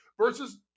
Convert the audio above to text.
versus